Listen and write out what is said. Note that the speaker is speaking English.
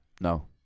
No